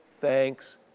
thanks